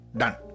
done